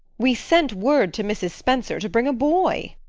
we sent word to mrs. spencer to bring a boy.